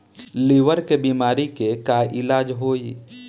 Liver के बीमारी के का इलाज होई?